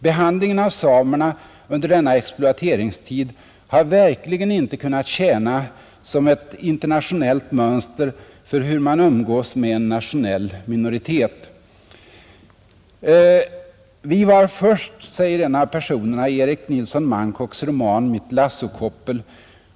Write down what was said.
Behandlingen av samerna under denna exploateringstid har verkligen inte kunnat tjäna som ett internationellt mönster för hur man umgås med en nationell minoritet. ”Vi var först”, säger en av personerna i Erik Nilsson Mankoks roman Mitt lassokoppel.